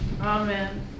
Amen